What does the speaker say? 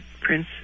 Prince